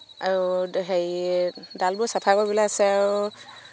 আৰু হেৰি ডালবোৰ চাফা কৰিবলৈ আছে আৰু